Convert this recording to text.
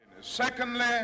Secondly